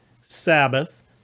Sabbath